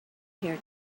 here